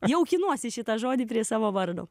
jaukinuosi šitą žodį prie savo vardo